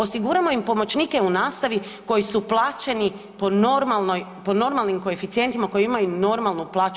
Osiguramo im pomoćnike u nastavi koji su plaćeni po normalnim koeficijentima koji imaju normalnu plaću.